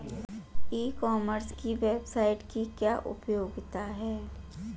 ई commerce की website की क्या उपयोगिता है?